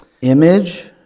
Image